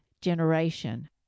generation